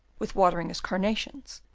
with watering his carnations,